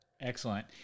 Excellent